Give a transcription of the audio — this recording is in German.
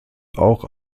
auch